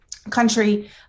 Country